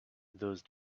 those